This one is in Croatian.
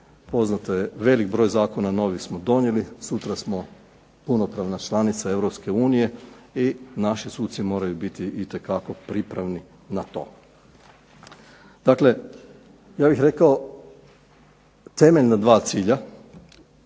poznato je velik broj zakona novih smo donijeli. Sutra smo punopravna članica EU i naši suci moraju biti itekako pripravni na to. Dakle, ja bih rekao temeljna 2 cilja